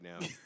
now